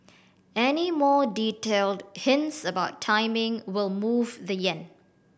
any more detailed hints about timing will move the yen